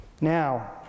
Now